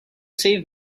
save